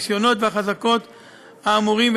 הרישיונות והחזקות האמורים,